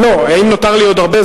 האם נותר לי עוד הרבה,